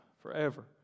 forever